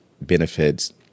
benefits